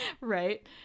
Right